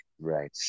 Right